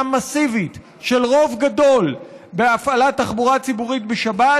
מסיבית של רוב גדול בהפעלת תחבורה ציבורית בשבת.